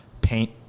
paint